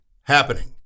happening